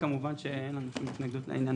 כמובן אין לנו שום התנגדות לעניין.